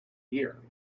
year